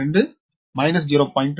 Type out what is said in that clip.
2 0